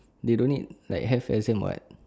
they don't need like have exam [what]